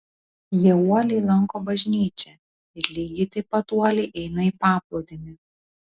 jie uoliai lanko bažnyčią ir lygiai taip pat uoliai eina į paplūdimį